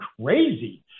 crazy